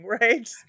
right